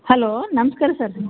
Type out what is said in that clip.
hello ನಮಸ್ಕಾರ sir